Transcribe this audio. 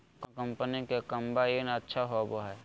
कौन कंपनी के कम्बाइन अच्छा होबो हइ?